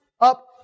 up